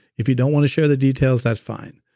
if you don't want to share the details that's fine.